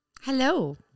Hello